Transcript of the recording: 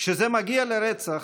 כשזה מגיע לרצח,